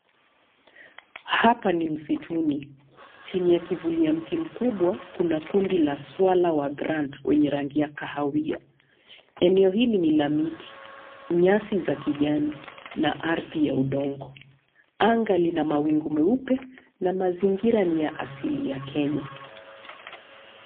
Hapa ni msituni. Chini ya kivuli ya mti mkubwa kuna kundi la swara wa grand wenye rangi ya kahawia. Eneo hili ni la miti, nyasi za kijani na ardhi ya udongo. Anga lina mawingu meupe na mazingira ni ya asili ya Kenya.